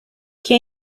can